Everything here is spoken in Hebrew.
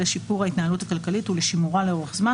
לשיפור ההתנהלות הכלכלית ולשימורה לאורך זמן